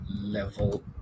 level